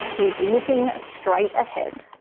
who is looking straight ahead.